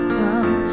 come